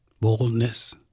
boldness